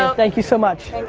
um thank you so much.